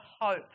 hope